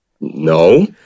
No